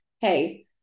Hey